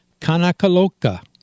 Kanakaloka